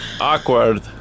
Awkward